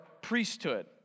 priesthood